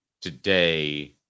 today